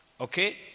Okay